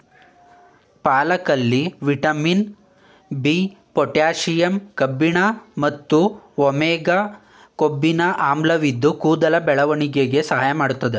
ಪಾಲಕಲ್ಲಿ vitamin B, potassium ಕಬ್ಬಿಣ ಮತ್ತು omega ಕೊಬ್ಬಿನ ಆಮ್ಲವಿದ್ದು ಕೂದಲ ಬೆಳವಣಿಗೆಗೆ ಸಹಾಯ ಮಾಡ್ತದೆ